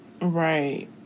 Right